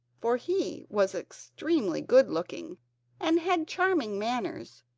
for he was extremely good-looking and had charming manners,